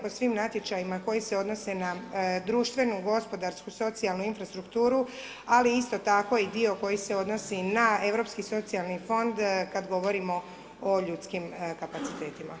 Po svim natječajima koji se odnosi na društvenu, gospodarsku, socijalnu infrastrukturu, ali isto tako i dio koji se odnosi na europski socijalni fond kada govorimo o ljudskim kapacitetima.